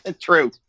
True